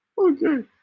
Okay